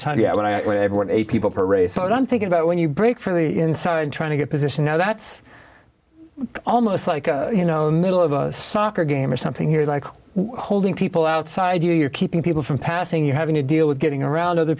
yeah when i when everyone eight people per race i'm thinking about when you break from the inside trying to get position now that's almost like a you know middle of a soccer game or something here is like holding people outside you are keeping people from passing you having to deal with getting around other